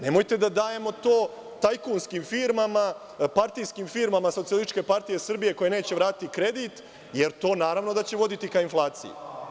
Nemojte da dajemo to tajkunskim firmama, partijskim firmama SPS koja neće vratiti kredit, jer to naravno da će voditi inflaciji.